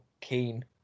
keen